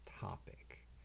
topic